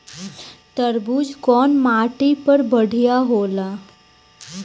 तरबूज कउन माटी पर बढ़ीया होला?